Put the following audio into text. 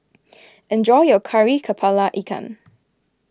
enjoy your Kari Kepala Ikan